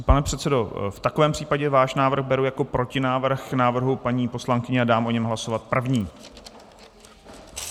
Pane předsedo, v takovém případě váš návrh beru jako protinávrh k návrhu paní poslankyně a dám o něm hlasovat jako o prvním.